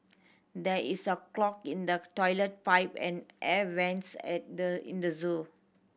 there is a clog in the toilet pipe and air vents at the in the zoo